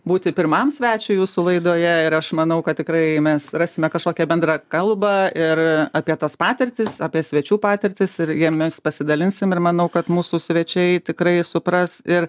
būti pirmam svečiui jūsų laidoje ir aš manau kad tikrai mes rasime kažkokią bendrą kalbą ir apie tas patirtis apie svečių patirtis ir jiem mes pasidalinsim ir manau kad mūsų svečiai tikrai supras ir